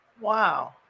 Wow